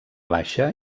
baixa